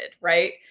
right